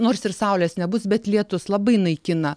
nors ir saulės nebus bet lietus labai naikina